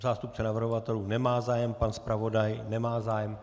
Zástupce navrhovatelů nemá zájem, pan zpravodaj nemá zájem.